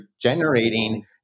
generating